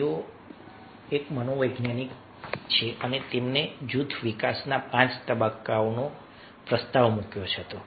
તેઓ એક મનોવૈજ્ઞાનિક છે તેમણે જૂથ વિકાસના પાંચ તબક્કાનો પ્રસ્તાવ મૂક્યો હતો